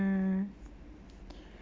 mm